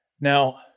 Now